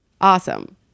awesome